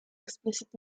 explicit